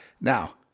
Now